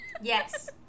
yes